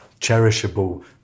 cherishable